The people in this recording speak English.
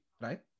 right